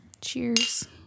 cheers